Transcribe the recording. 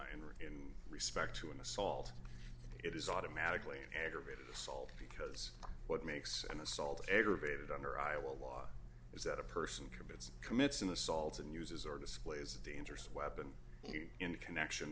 firearm in respect to an assault it is automatically an aggravated assault because what makes an assault aggravated under iowa law is that a person commits commits an assault and uses are displayed as a dangerous weapon in connection